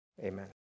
Amen